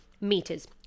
meters